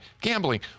gambling